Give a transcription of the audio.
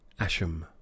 Asham